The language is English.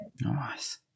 Nice